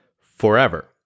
forever